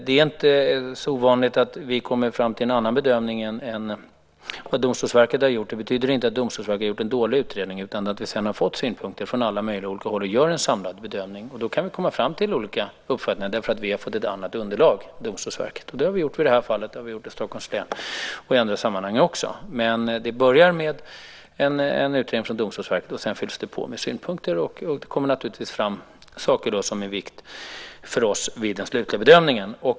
Det är inte så ovanligt att vi kommer fram till en annan bedömning än vad Domstolsverket har gjort. Det betyder inte att Domstolsverket har gjort en dålig utredning. Vi har fått synpunkter från alla möjliga olika håll och gjort en samlad bedömning. Då kan vi komma fram till olika uppfattningar därför att vi har fått ett annat underlag än Domstolsverket. Det har vi gjort i det här fallet. Vi har gjort det när det gäller Stockholms län och också i andra sammanhang. Det börjar med en utredning från Domstolsverket och sedan fylls det på med synpunkter. Då kommer det naturligtvis fram saker som är av vikt för oss vid den slutliga bedömningen.